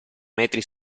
metri